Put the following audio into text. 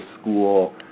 school